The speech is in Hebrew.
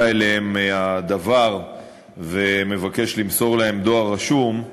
אליהם הדוור ומבקש למסור להם דואר רשום,